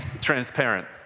transparent